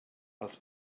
els